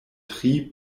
tri